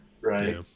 right